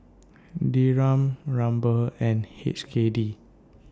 Dirham Ruble and H K D